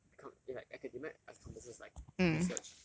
become it's like academia accompanies like research